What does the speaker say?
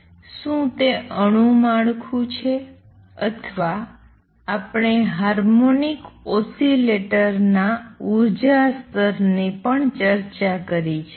શું તે અણુ માળખું છે અથવા આપણે હાર્મોનિક ઓસિલેટર ના ઉર્જા સ્તરની ચર્ચા કરી છે